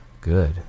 good